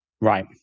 Right